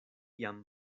jam